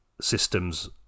systems